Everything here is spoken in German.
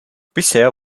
bisher